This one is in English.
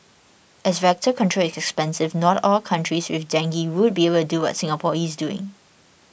as vector control expensive not all countries with dengue would be able do what Singapore is doing